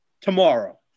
tomorrow